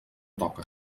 toca